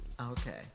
Okay